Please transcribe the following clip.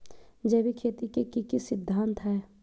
जैविक खेती के की सिद्धांत हैय?